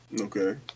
Okay